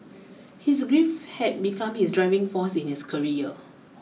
his grief had become his driving force in his career